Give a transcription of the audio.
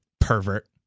pervert